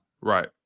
right